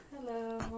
Hello